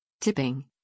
Tipping